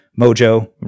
mojo